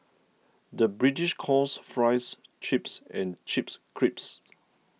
the British calls Fries Chips and Chips Crisps